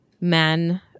men